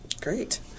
Great